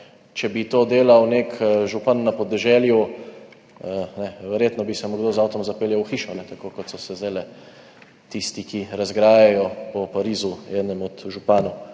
če bi to delal nek župan na podeželju, verjetno bi se mu kdo z avtom zapeljal v hišo, tako kot so se zdajle tisti, ki razgrajajo po Parizu, enemu od županov